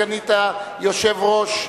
סגנית היושב-ראש.